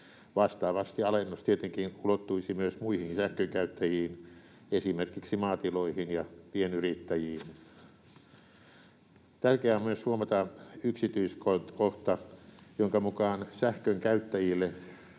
Vastaavasti alennus tietenkin ulottuisi myös muihin sähkönkäyttäjiin, esimerkiksi maatiloihin ja pienyrittäjiin. Tärkeää on myös huomata yksityiskohta, jonka mukaan sähkön käyttäjille